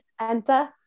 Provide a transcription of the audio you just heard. enter